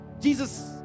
Jesus